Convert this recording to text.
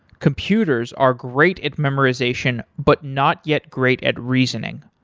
computers are great at memorization but not yet great at reasoning.